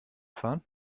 fahren